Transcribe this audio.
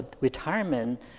retirement